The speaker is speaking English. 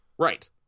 Right